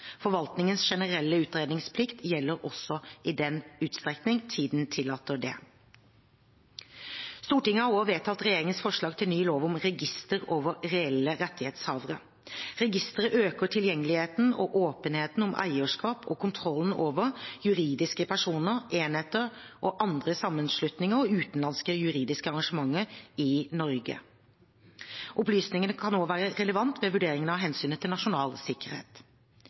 Forvaltningens generelle utredningsplikt gjelder også i den utstrekning tiden tillater det. Stortinget har også vedtatt regjeringens forslag til ny lov om register over reelle rettighetshavere. Registeret øker tilgjengeligheten og åpenheten om eierskapet og kontrollen over juridiske personer, enheter og andre sammenslutninger, og utenlandske juridiske arrangementer, i Norge. Opplysningene kan også være relevante ved vurderinger av hensynet til nasjonal sikkerhet.